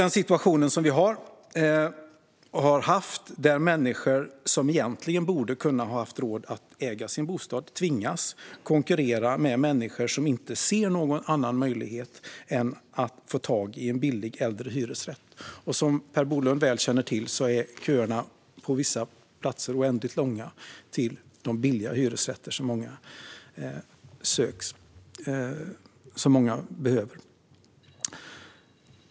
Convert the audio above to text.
Den situation vi har och har haft är att människor som egentligen borde ha kunnat ha råd att äga sin bostad tvingas konkurrera med människor som inte ser någon annan möjlighet än att få tag i en billig äldre hyresrätt. Som Per Bolund känner till väl är köerna till de billiga hyresrätter som många behöver oändligt långa på vissa platser.